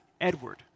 Edward